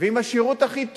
ועם השירות הכי טוב,